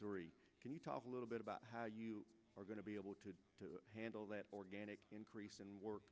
three can you talk a little bit about how you are going to be able to handle that organic increase in work